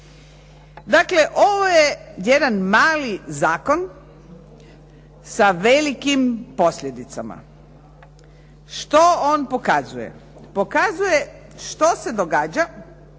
Dakle, ovo je jedan mali zakon sa velikim posljedicama. Što on pokazuje, pokazuje što se događa